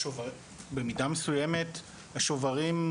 במידה מסוימת השוברים,